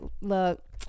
look